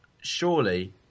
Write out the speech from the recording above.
surely